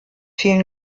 fehlen